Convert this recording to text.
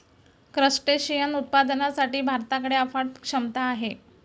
crustacean उत्पादनासाठी भारताकडे अफाट क्षमता आहे